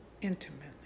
intimately